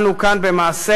אנו כאן במעשינו,